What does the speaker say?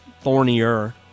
thornier